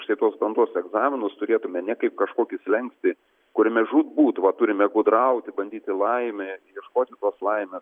štai tuos brandos egzaminus turėtume ne kaip kažkokį slenkstį kuriame žūtbūt va turime gudrauti bandyti laimę ieškoti tos laimės